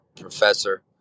professor